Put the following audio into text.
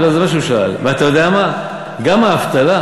גם האבטלה,